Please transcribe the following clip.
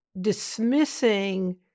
dismissing